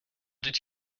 did